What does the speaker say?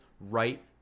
right